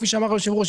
כפי שאמר היושב ראש,